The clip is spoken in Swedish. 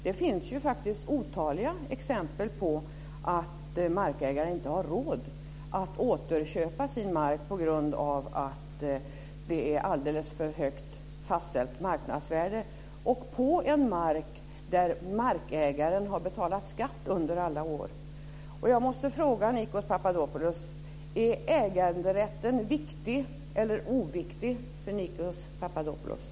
Det finns faktiskt otaliga exempel på att markägare inte har råd att återköpa sin mark på grund av att det fastställda marknadsvärdet är alldeles för högt, och på en mark där markägaren har betalat skatt under alla år. Jag måste fråga Nikos Papadopoulos: Är äganderätten viktig eller oviktig för Nikos Papadopoulos?